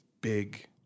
big